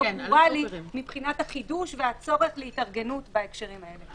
מבחינת הצורך בהתארגנות בהקשרים האלה.